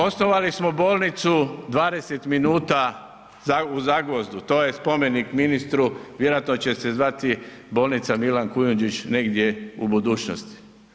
Osnovali smo bolnicu 20 minuta u Zagvozdu, to je spomenik ministru, vjerojatno će se zvati bolnica Milan Kujundžić negdje u budućnosti.